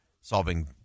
solving